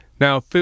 now